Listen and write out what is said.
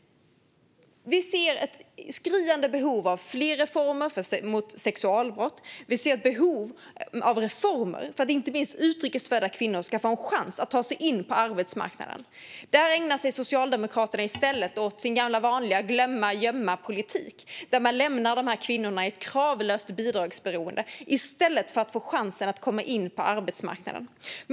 Vi ser ett skriande behov av fler reformer mot sexualbrott och ett behov av reformer för att inte minst utrikes födda kvinnor ska få en chans att ta sig in på arbetsmarknaden. Där ägnar sig Socialdemokraterna i stället åt sin gamla vanliga glömma och gömmapolitik, som lämnar de här kvinnorna i ett kravlöst bidragsberoende i stället för att de får chansen att komma in på arbetsmarknaden.